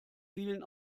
vielen